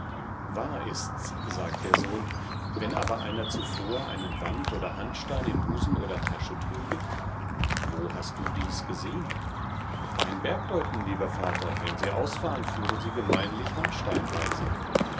wahr ists sagt der sohn wenn aber einer zuvor einen wand oder handstein im busen oder tasche trüge wo hast du dies gesehn bei'n bergleuten lieber vater wenn sie ausfahren führen sie gemeinlich handstein bei sich